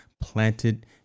planted